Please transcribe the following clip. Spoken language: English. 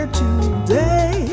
today